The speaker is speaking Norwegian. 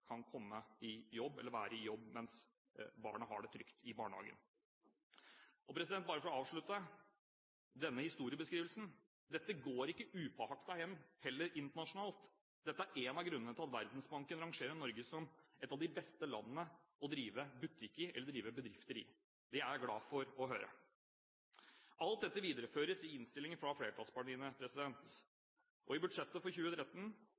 kan være i jobb mens barna har det trygt i barnehagen. For å avslutte denne historiebeskrivelsen: Dette går heller ikke upåaktet hen internasjonalt. Dette er en av grunnene til at Verdensbanken rangerer Norge som et av de beste landene å drive butikk og bedrifter i. Det er jeg glad for å høre. Alt dette videreføres i innstillingen fra flertallspartiene. I budsjettet for 2013